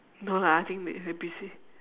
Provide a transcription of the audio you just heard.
no lah I think they they busy